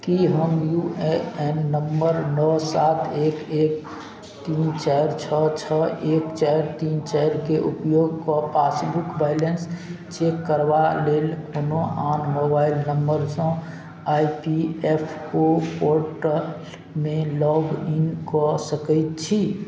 की हम U A N number नओ सात एक एक तीन चारि छओ छओ एक चारि तीन चारिके उपयोग कऽ पासबुक बाइलेंस चेक करबा लेल कोनो आन मोबाइल नम्बरसँ आई पी एफ ओ पोर्टलमे लॉग इन कऽ सकय छी